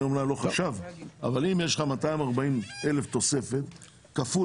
אני אמנם לא חשב אבל אם יש לך 240 אלף תוספת כפול